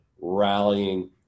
rallying